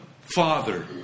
Father